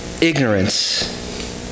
ignorance